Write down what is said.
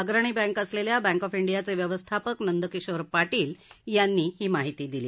अग्रणी बँक असलेल्या bank of इंडियाचे व्यवस्थापक नंदकिशोर पाटील यांनी ही माहिती दिली